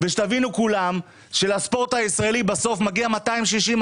תבינו כולם שלספורט הישראלי בסוף מגיעים 260,